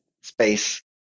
space